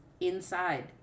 inside